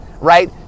Right